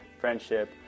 friendship